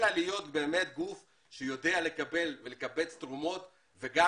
אלא להיות באמת גוף שיודע לקבל ולקבץ תרומות וגם